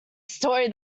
story